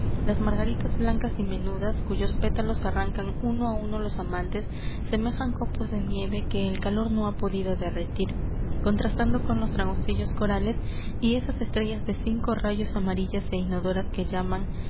las margaritas blancas y menudas cuyos pétalos arrancan uno á uno los amantes semejan copos de nieve que el calor no ha podido derretir contrastando con los dragoncillos corales y esas estrellas de cinco rayos amarillas é inodoras que llaman